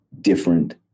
different